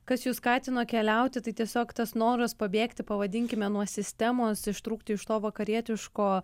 kas jus skatino keliauti tai tiesiog tas noras pabėgti pavadinkime nuo sistemos ištrūkti iš to vakarietiško